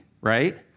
right